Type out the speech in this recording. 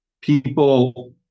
people